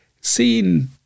seeing